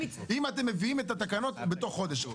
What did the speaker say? אם תביאו את התקנות בתוך חודש.